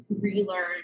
relearn